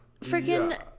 freaking